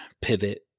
pivot